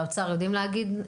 האוצר יודעים להגיד,